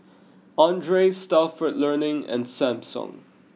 Andre Stalford Learning and Samsung